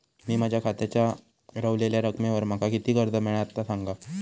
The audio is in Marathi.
मी माझ्या खात्याच्या ऱ्हवलेल्या रकमेवर माका किती कर्ज मिळात ता सांगा?